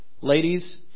Ladies